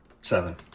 Seven